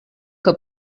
que